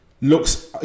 Looks